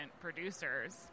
producers